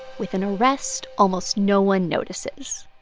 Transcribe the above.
with an arrest almost no one notices